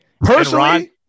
Personally